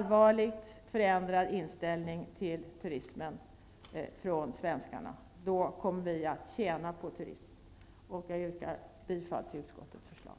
är en i grunden förändrad inställning till turismen. Då kommer vi att tjäna på turism. Jag yrkar bifall till utskottets hemställan.